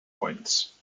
points